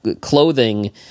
clothing